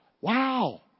Wow